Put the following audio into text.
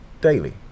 daily